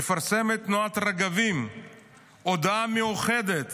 מפרסמת תנועת רגבים הודעה מיוחדת